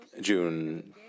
June